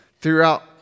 Throughout